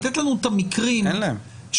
אין להם.